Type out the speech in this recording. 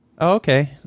Okay